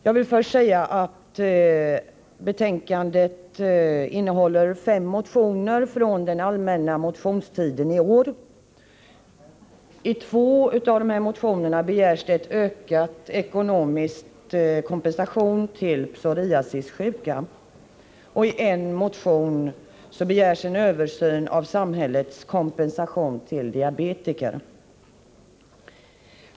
Jag vill först säga att betänkandet innehåller fem motioner från den allmänna motionstiden i år. I två av motionerna begärs en ökad ekonomisk kompensation till psoriasissjuka. Och i en motion begärs en översyn av samhällets kompensation till diabetiker.